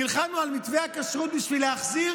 נלחמנו על מתווה הכשרות בשביל להחזיר